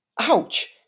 Ouch